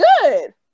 good